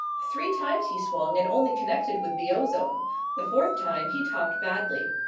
three times he swung and only connected with the ozone the fourth time he topped badly.